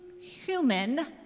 human